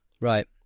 Right